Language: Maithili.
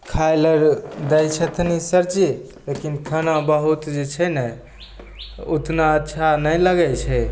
खाइले दै छथिन ई सरजी लेकिन खाना बहुत जे छै ने ओतना अच्छा नहि लागै छै